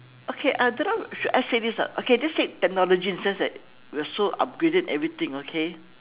okay I don't know should I say this ah okay let's say technology in a sense that we are so upgraded in everything okay